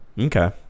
okay